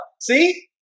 See